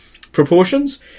proportions